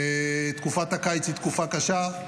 תקופת הקיץ היא תקופה קשה.